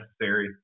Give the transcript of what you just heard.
necessary